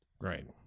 right